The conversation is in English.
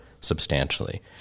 substantially